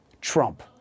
Trump